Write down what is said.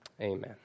amen